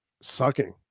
sucking